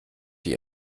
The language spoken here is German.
die